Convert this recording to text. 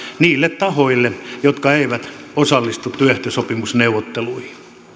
niille tahoille jotka eivät osallistu työehtosopimusneuvotteluihin